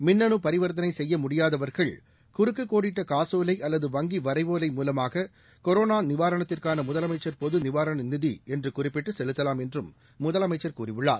மின்னு பரிவர்த்தனை செய்ய முடியாதவர்கள் குறுக்கு கோடிட்ட காசோலை அல்லது வங்கி வரைவோலை மூலமாக கொரோனா நிவாரணத்திற்கான முதலமைச்சர் பொது நிவாரண நிதி என்று குறிப்பிட்டு செலுத்தலாம் என்றும் முதலமைச்சர் கூறியுள்ளார்